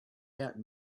out